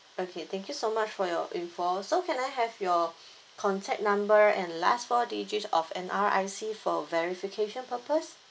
okay thank you so much for your info so can I have your contact number and last four digits of N_R_I_C for verification purpose